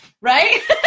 Right